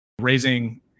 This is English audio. raising